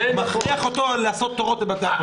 אתה מכריח אותו לעשות תורים לבתי החולים.